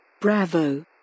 Bravo